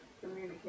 communicate